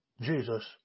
Jesus